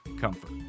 comfort